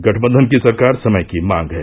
गठबंधन की सरकार समय की मांग है